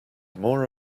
more